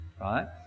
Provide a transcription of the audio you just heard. Right